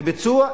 לביצוע,